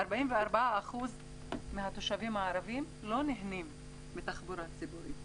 44% מהתושבים הערבים לא נהנים מתחבורה ציבורית.